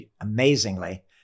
amazingly